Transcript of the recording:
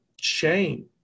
shame